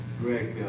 Greg